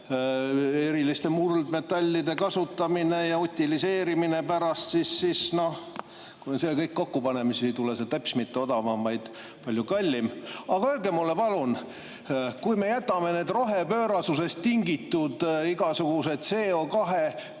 eriliste muldmetallide kasutamine ja utiliseerimine – kui me selle kõik kokku paneme, siis ei tule see teps mitte odavam, vaid palju kallim. Aga öelge mulle palun, kui me jätame need rohepöörasusest tingitud igasugused